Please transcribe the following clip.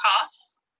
costs